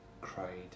cried